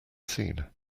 seen